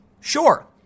Sure